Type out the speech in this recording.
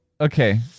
okay